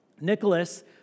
Nicholas